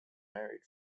married